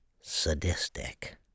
sadistic